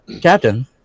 Captain